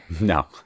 No